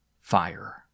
Fire